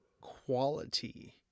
quality